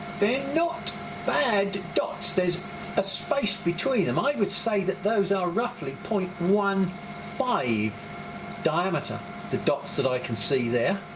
they're not bad dots there's a space between them, i would say that those are roughly point one five diameter the dots that i can see there